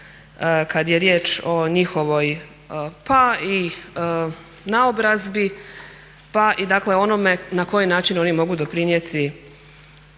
kad je riječ o njihovoj pa i naobrazbi pa i dakle onome na koji način oni mogu doprinijeti